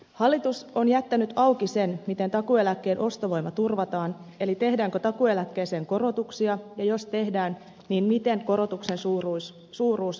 hallitus on jättänyt auki sen miten takuueläkkeen ostovoima turvataan eli tehdäänkö takuueläkkeeseen korotuksia ja jos tehdään niin miten korotuksen suuruus määräytyisi